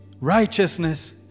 righteousness